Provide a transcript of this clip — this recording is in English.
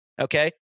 Okay